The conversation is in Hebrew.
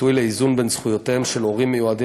וכביטוי לאיזון בין זכויותיהם של הורים מיועדים